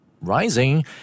rising